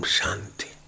Shanti